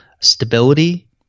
stability